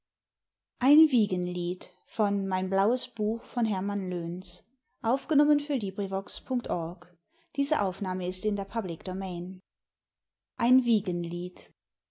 rosenrot ein wiegenlied